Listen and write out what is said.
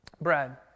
bread